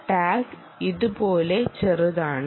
tag ഇതുപോലെ ചെറുതാണ്